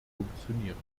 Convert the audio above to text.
funktionieren